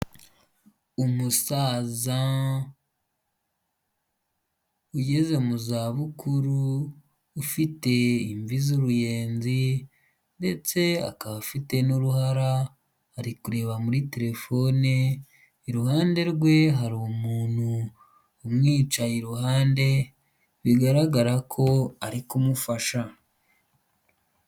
Umusaza ugeze mu za bukuru ufite imvi z'uruyenzi ndetse akaba afite n'uruhara ari kureba muri telefone iruhande rwe hari umuntu umwicaye iruhande bigaragara ko ari kumufasha.